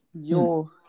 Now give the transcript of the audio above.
Yo